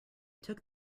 took